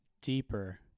deeper